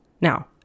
Now